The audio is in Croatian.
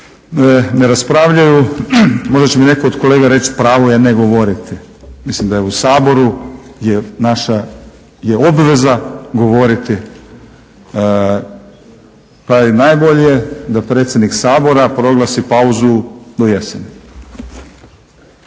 ne raspravljaju. Možda će mi netko od kolega reći pravo je ne govoriti. Mislim da u Saboru je naša obveza govoriti pa je najbolje da predsjednik Sabora proglasi pauzu do jeseni.